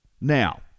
Now